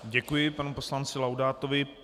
Děkuji panu poslanci Laudátovi.